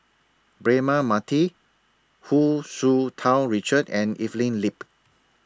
Braema Mathi Hu Tsu Tau Richard and Evelyn Lip